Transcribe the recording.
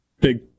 big